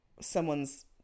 someone's